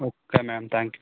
okay ma'am thank you